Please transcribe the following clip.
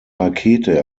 rakete